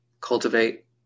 Cultivate